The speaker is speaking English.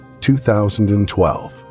2012